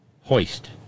hoist